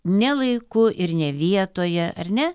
ne laiku ir ne vietoje ar ne